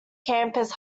campers